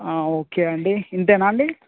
okay అండి ఇంతేనా అండి